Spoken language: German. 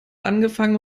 angefangen